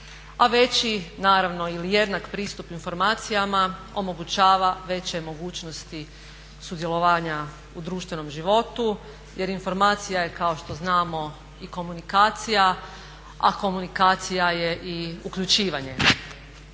A veći naravno ili jednak pristup informacijama omogućava veće mogućnosti sudjelovanja u društvenom životu jer informacija je kao što znamo i komunikacija, a komunikacija je i uključivanje.